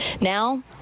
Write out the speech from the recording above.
Now